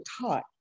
taught